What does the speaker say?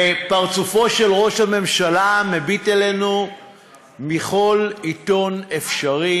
ופרצופו של ראש הממשלה מביט אלינו מכל עיתון אפשרי,